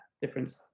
difference